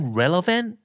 relevant